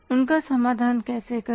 उनका समाधान कैसे करें